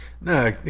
No